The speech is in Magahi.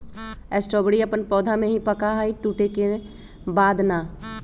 स्ट्रॉबेरी अपन पौधा में ही पका हई टूटे के बाद ना